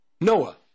Noah